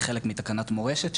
כחלק מתקנת מורשת,